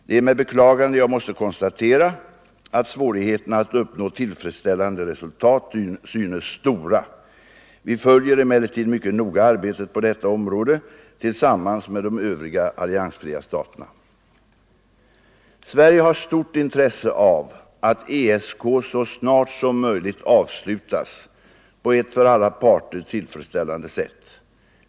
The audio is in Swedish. Det är med beklagande jag måste konstatera att svårigheterna att uppnå tillfredsställande resultat synes stora. Vi följer emellertid mycket noga arbetet på detta område tillsammans med övriga alliansfria stater. Sverige har stort intresse av att ESK så snart som möjligt avslutas på ett för alla parter tillfredsställande sätt.